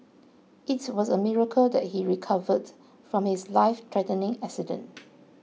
it was a miracle that he recovered from his lifethreatening accident